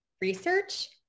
research